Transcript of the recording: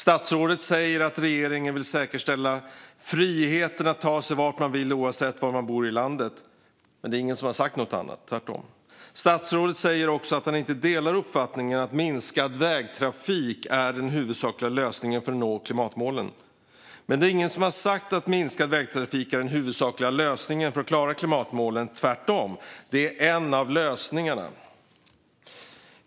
Statsrådet säger att regeringen vill säkerställa friheten att ta sig vart man vill oavsett var man bor i landet. Men det är ingen som har sagt något annat - tvärtom. Statsrådet säger också att han inte delar uppfattningen att minskad vägtrafik är den huvudsakliga lösningen för att nå klimatmålen. Men det är ingen som har sagt att minskad vägtrafik är den huvudsakliga lösningen för att klara klimatmålen. Tvärtom - det är en av lösningarna.